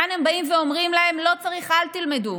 כאן הם באים ואומרים להם: לא צריך, אל תלמדו.